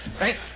right